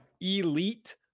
elite